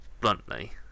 bluntly